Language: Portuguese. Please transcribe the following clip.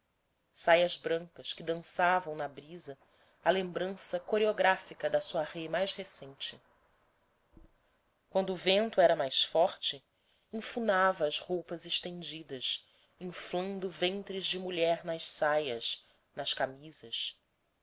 saias brancas que dançavam na brisa a lembrança coreográfica da soirée mais recente quando o vento era mais forte enfunava as roupas estendidas inflando ventres de mulher nas saias nas camisas